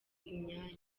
imyanya